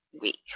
week